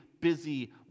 busy